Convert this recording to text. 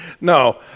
No